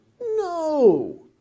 No